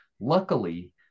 Luckily